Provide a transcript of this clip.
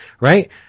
Right